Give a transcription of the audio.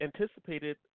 anticipated